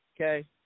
Okay